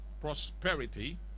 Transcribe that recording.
prosperity